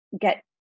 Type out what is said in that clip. get